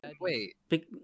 Wait